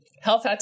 health